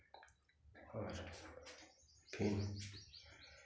और फिर